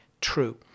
true